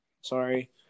Sorry